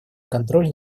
контроль